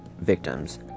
victims